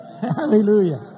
Hallelujah